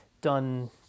done